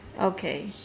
okay